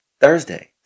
Thursday